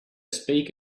speak